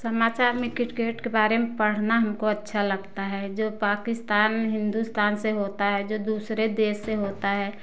समाचार में क्रिकेट के बारे में पढ़ना हमको अच्छा लगता है जो पाकिस्तान हिंदुस्तान से होता है जो दूसरे देश से होता है